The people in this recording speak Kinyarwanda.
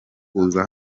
kuza